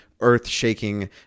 earth-shaking